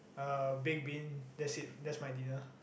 uh baked bean that's it that's my dinner